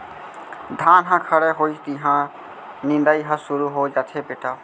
धान ह खड़े होइस तिहॉं निंदई ह सुरू हो जाथे बेटा